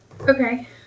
Okay